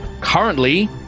currently